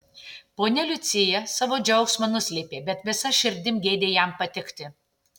ponia liucija savo džiaugsmą nuslėpė bet visa širdim geidė jam patikti